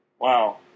Wow